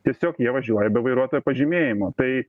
tiesiog jie važiuoja be vairuotojo pažymėjimo tai